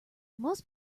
most